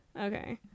okay